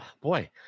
boy